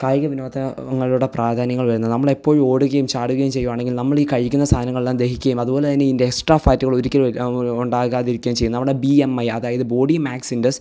കായിക വിനോദ ങ്ങളുടെ പ്രാധാന്യങ്ങള് വരുന്നത് നമ്മളെപ്പോഴും ഓടുകയും ചാടുകയും ചെയ്യുവാണെങ്കില് നമ്മൾ ഈ കഴിക്കുന്ന സാധനങ്ങളെല്ലാം ദഹിക്കുകയും അതുപോലെതന്നെ ഇതിന്റെ എക്സ്ട്രാ ഫാറ്റുകളൊരിക്കലും ഇൽ ഉണ്ടാകാതിരിക്കുകയും ചെയ്യും നമ്മുടെ ബി എം ഐ അതായത് ബോഡി മാസ്സ് ഇൻഡെക്സ്